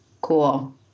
Cool